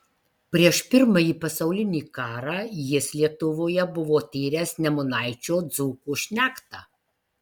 prieš pirmąjį pasaulinį karą jis lietuvoje buvo tyręs nemunaičio dzūkų šnektą